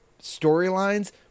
storylines